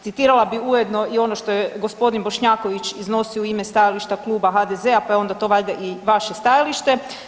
Citirala bi ujedno i ono što je g. Bošnjaković iznosio u ime stajališta Kluba HDZ-a, pa je onda to valjda i vaše stajalište.